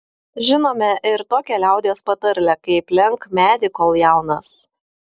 žinome ir tokią liaudies patarlę kaip lenk medį kol jaunas